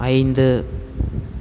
ஐந்து